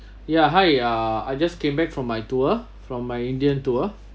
yeah hi uh I just came back from my tour from my indian tour